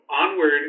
Onward